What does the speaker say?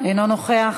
אינו נוכח,